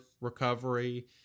recovery